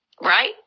Right